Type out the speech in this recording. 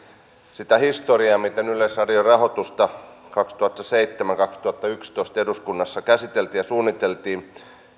sitä historiaa miten yleisradion rahoitusta kaksituhattaseitsemän viiva kaksituhattayksitoista eduskunnassa käsiteltiin ja suunniteltiin itse